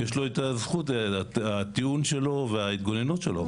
יש לו את זכות הטיעון וההתגוננות שלו.